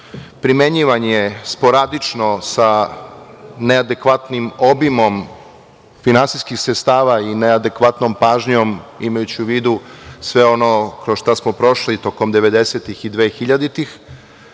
primenjivan je sporadično sa neadekvatnim obimom finansijskih sredstava i neadekvatnom pažnjom, imajući u vidu sve ono kroz šta smo prošli tokom devedesetih